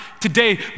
today